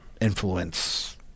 influence